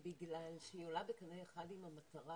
היא עולה קנה אחד עם המטרה